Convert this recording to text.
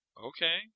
okay